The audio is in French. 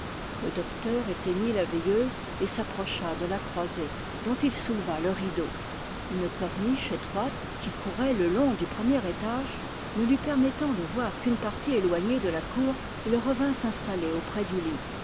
le docteur éteignit la veilleuse et s'approcha de la croisée dont il souleva le rideau une corniche étroite qui courait le long du premier étage ne lui permettant de voir qu'une partie éloignée de la cour il revint s'installer auprès du lit